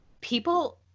People